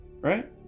Right